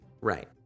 Right